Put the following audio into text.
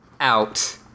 out